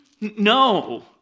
No